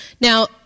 Now